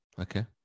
Okay